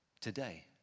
Today